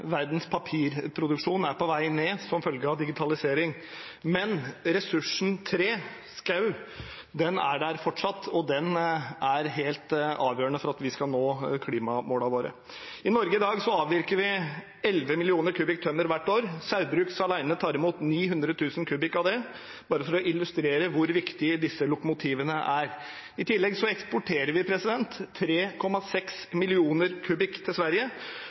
verdens papirproduksjon er på vei ned som følge av digitalisering. Men ressursen tre, skog, er der fortsatt, og den er helt avgjørende for at vi skal nå klimamålene våre. I Norge i dag avvirker vi 11 millioner kubikk tømmer hvert år. Saugbrugs alene tar imot 900 000 kubikk av det – bare for å illustrere hvor viktige disse «lokomotivene» er. I tillegg eksporterer vi 3,6 millioner kubikk til Sverige.